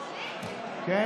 אני?